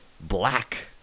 black